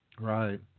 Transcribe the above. Right